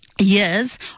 Years